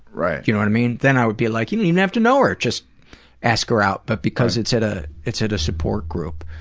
right. you know what i mean? then i would be like, you don't even have to know her. just ask her out. but because it's ah it's at a support group,